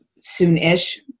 soon-ish